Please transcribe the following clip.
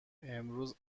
امروز